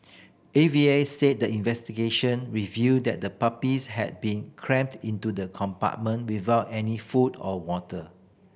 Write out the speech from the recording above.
A V A said the investigation revealed that the puppies had been crammed into the compartment without any food or water